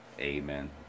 Amen